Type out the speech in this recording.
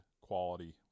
quality